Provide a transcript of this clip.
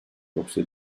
yoksa